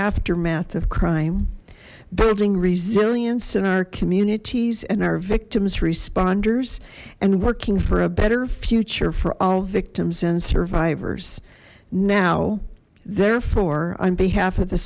aftermath of crime building resilience in our communities and our victims responders and working for a better future for all victims and survivors now therefore on behalf of the